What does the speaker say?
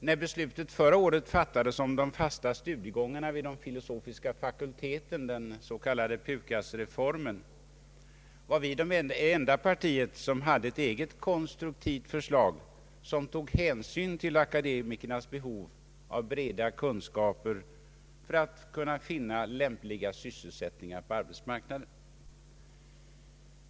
När beslutet förra året fattades om de fasta studiegångarna vid den filosofiska fakulteten — den s.k. PUKAS-reformen — var vi det enda parti som hade ett eget konstruktivt förslag, som tog hänsyn till akademikernas behov av breda kunskaper för att kunna finna lämpliga sysselsättningar på arbetsmarknaden.